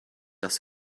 das